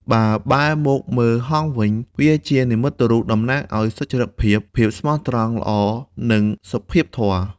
បើបែរមកមើលហង្សវិញ វាជានិមិត្តរូបតំណាងសុចរិតភាព, ភាពស្មោះត្រង់, ល្អ និងសុភាពធម៌។